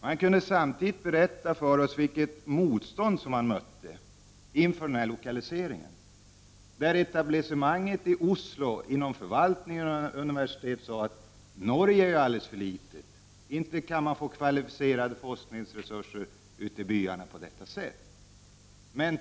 De kunde samtidigt berätta för oss vilket motstånd de mötte inför lokaliseringen, där etablissemanget i Oslo, inom förvaltningar och universitet, sade att Norge var alldeles för litet och att man inte kunde få kvalificerade forskningsresurser ute i byarna på detta sätt.